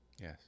Yes